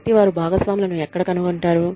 కాబట్టి వారు భాగస్వాములను ఎక్కడ కనుగొంటారు